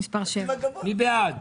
עם סמכויות